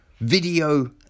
Video